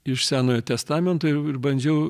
iš senojo testamento ir ir bandžiau